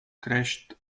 crashed